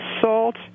Salt